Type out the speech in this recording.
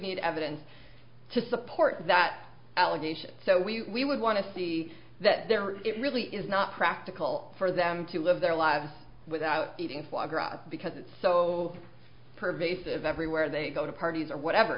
need evidence to support that allegation so we would want to see that there it really is not practical for them to live their lives without eating flogger out because it's so pervasive everywhere they go to parties or whatever